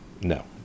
no